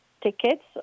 tickets